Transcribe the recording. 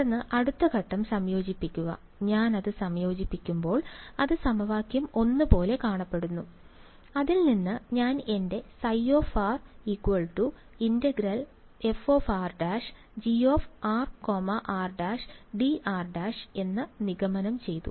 തുടർന്ന് അടുത്ത ഘട്ടം സംയോജിപ്പിക്കുക ഞാൻ അത് സംയോജിപ്പിക്കുമ്പോൾ അത് സമവാക്യം 1 പോലെ കാണപ്പെടുന്നു അതിൽ നിന്ന് ഞാൻ എന്റെ ϕ ∫fr′Grr′dr′ എന്ന് നിഗമനം ചെയ്തു